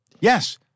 yes